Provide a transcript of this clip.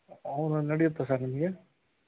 ಹೌದಾ ನಡಿಯುತ್ತಾ ಸರ್ ನಿಮಗೆ